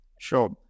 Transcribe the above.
Sure